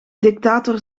dictator